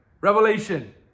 Revelation